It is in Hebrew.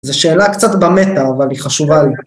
זו שאלה קצת במטא, אבל היא חשובה לי.